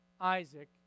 Isaac